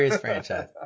franchise